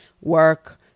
work